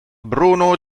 bruno